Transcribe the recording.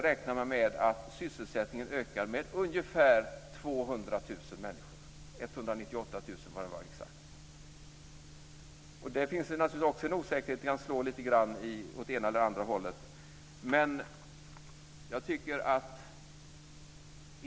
räknar man med att sysselsättningen ökar med ungefär 200 000 människor, närmare exakt 198 000. Det finns naturligtvis också där en osäkerhet. Det kan slå lite grann åt ena eller andra hållet.